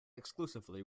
exclusively